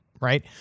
right